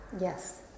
Yes